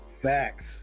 Facts